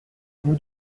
nous